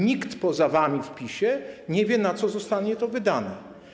Nikt poza wami w PiS-ie nie wie, na co to zostanie wydane.